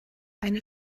eine